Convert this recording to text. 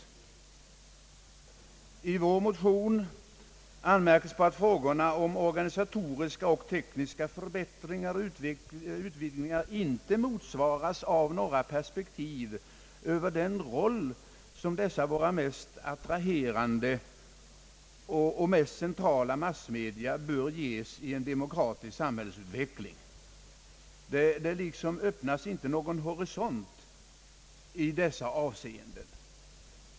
I vår motion anmärkes på att frågorna om organisatoriska och tekniska förbättringar och utvidgningar inte motsvaras av några perspektiv över den roll, som dessa våra mest attraherande och mest centrala massmedia bör ges i en demokratisk samhällsutveckling. Det öppnas inte någon horisont i dessa avseenden.